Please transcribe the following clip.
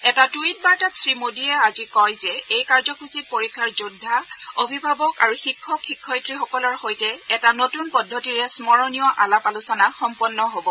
এটা টুইট বাৰ্তাত শ্ৰীমোদীয়ে আজি কয় যে এই কাৰ্যসূচীত পৰীক্ষাৰ যোদ্ধা অভিভাৱক আৰু শিক্ষক শিক্ষয়িত্ৰীসকলৰ সৈতে এটা নতুন পদ্ধতিৰে স্মৰণীয় আলাপ আলোচনা সম্পন্ন হব